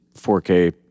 4K